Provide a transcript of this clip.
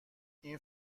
این